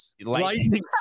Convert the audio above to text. Lightning